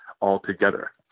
altogether